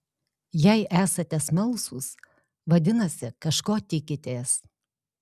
jei esate smalsūs vadinasi kažko tikitės